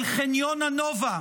אל חניון הנובה,